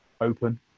open